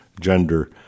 gender